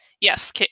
Yes